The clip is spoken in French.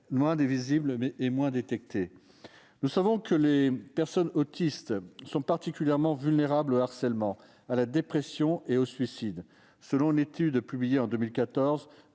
moins visible et moins détectée. Nous savons que les personnes autistes sont particulièrement vulnérables au harcèlement, à la dépression et au suicide. Selon une étude publiée en 2014,